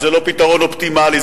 וזה לא פתרון אופטימלי,